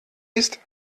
ist